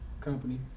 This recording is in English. company